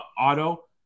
auto